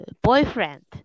boyfriend